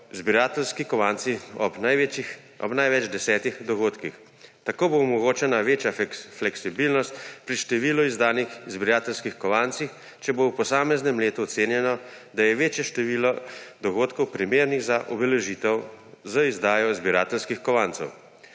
zbirateljski kovanci ob največ desetih dogodkih, tako bo omogočena večja fleksibilnosti pri številu izdanih zbirateljskih kovancih, če bo v posameznem letu ocenjeno, da je večje število dogodkov primernih za obeležitev z izdajo zbirateljskih kovancev.